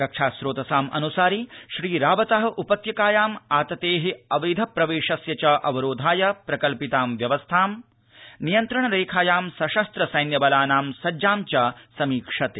रक्षास्रोतसाम् अनुसारि श्री रावत उपत्यकायाम् आतते अवैध प्रवेशस्य च अवरोधाय प्रकल्पितां व्यवस्थां नियन्त्रण रेखायां सशस्त्र सैन्यवलानां सज्जां च समीक्षते